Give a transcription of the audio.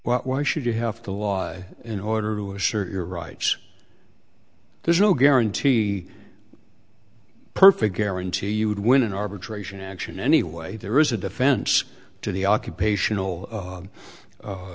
well why should you have to lie in order to assert your rights there's no guarantee perfect guarantee you would win an arbitration action anyway there is a defense to the occupational